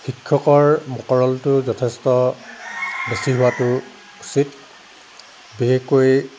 শিক্ষকৰ মকৰলটো যথেষ্ট বেছি হোৱাটো উচিত বিশেষকৈ